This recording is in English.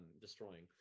destroying